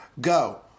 Go